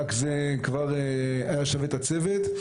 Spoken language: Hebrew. רק זה כבר היה שווה את הצוות,